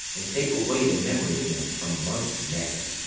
and take away the memory of them from amongst men.